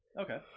Okay